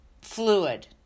fluid